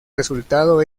resultado